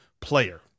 player